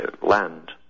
Land